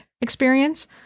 experience